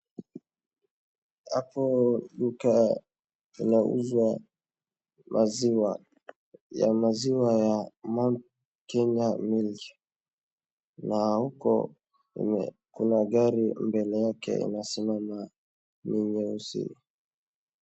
Hapo duka inauzwa maziwa, ya maziwa ya Mount Kenya Milk ,na uko kuna gari mbele yake inasimama ni nyeusi.